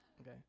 Okay